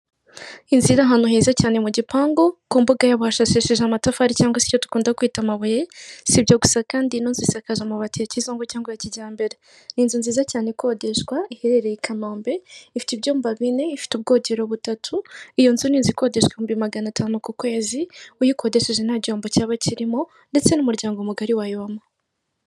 Inzira iri ahantu heza cyane mu gipangu ku mbuga yabo hashashishije amatafari cyangwa se icyo dukunda kwita amabuye sibyo gusa kandi ni inzu isakaje amabati ya kizungu cyangwa ya kijyambere ni inzu nziza cyane ikodeshwa iherereye i kanombe ifite ibyumba bine, ifite ubwogero butatu; iyo nzu ninzu ikodeshwa ibihumbi magana atanu ku kwezi uyikodesheje nta gihombo cyaba kirimo ndetse n'umuryango mugari wayibamo.